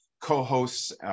co-hosts